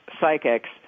psychics